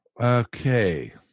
Okay